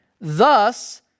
thus